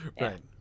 Right